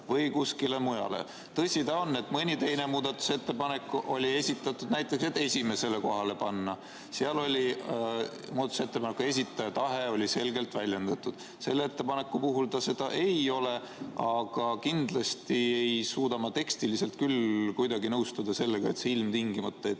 või kuskile mujale. Tõsi ta on, et mõni teine muudatusettepanek oli esitatud näiteks, et see esimesele kohale panna. Seal oli muudatusettepaneku esitaja tahe selgelt väljendatud. Selle ettepaneku puhul seda ei ole. Aga kindlasti ei saa ma tekstiliselt küll kuidagi nõustuda sellega, et ilmtingimata see